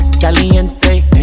Caliente